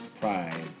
pride